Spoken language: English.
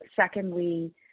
secondly